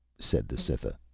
said the cytha.